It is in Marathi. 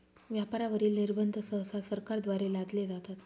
व्यापारावरील निर्बंध सहसा सरकारद्वारे लादले जातात